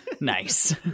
Nice